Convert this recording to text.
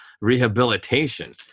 rehabilitation